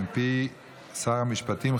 מפי שר המשפטים,